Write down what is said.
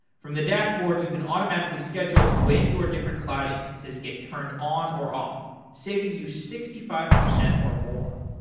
from the dashboard, you can automatically schedule when your different cloud instances get turned on or off saving you sixty five percent or more.